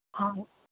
ਹਾਂ